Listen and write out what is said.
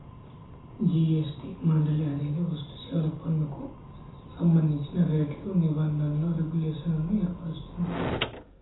GST మండలి అనేది వస్తుసేవల పన్నుకు సంబంధించిన రేట్లు, నిబంధనలు, రెగ్యులేషన్లను ఏర్పరుస్తుంది